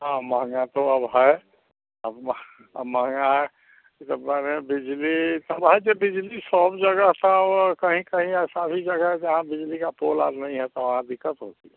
हाँ मोहँगाई तो अब है अब म महँगाई यह सब बढ़ रहे हैं बिजली तब है तो बिजली सोम जगह तो कहीं कहीं ऐसा भी जगह है जहाँ बिजली का पोलार नहीं है तो वहाँ दिक़्क़त होती है